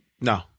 no